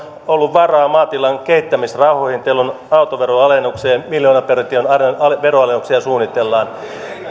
ollut varaa maatilan kehittämisrahoihin autoveroalennukseen miljoonaperintöjen veronalennuksia suunnitellaan